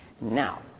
Now